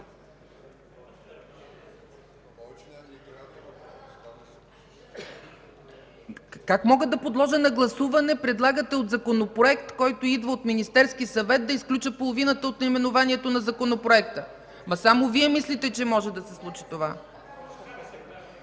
Как мога да подложа на гласуване, което предлагате – от законопроект, който идва от Министерския съвет, да изключа половината от наименованието на законопроекта?! Само Вие мислите, че може да се случи това!